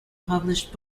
published